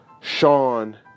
Sean